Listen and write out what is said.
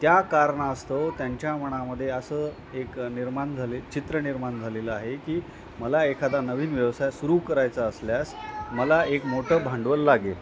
त्या कारणास्तव त्यांच्या मनामध्ये असं एक निर्माण झाले चित्र निर्माण झालेलं आहे की मला एखादा नवीन व्यवसाय सुरू करायचा असल्यास मला एक मोठं भांडवल लागेल